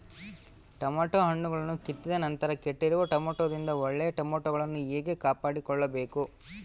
Tomato ಹಣ್ಣುಗಳನ್ನು ಕಿತ್ತಿದ ನಂತರ ಕೆಟ್ಟಿರುವ ಟೊಮೆಟೊದಿಂದ ಒಳ್ಳೆಯ ಟೊಮೆಟೊಗಳನ್ನು ಹೇಗೆ ಕಾಪಾಡಿಕೊಳ್ಳಬೇಕು?